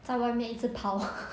在外面一直跑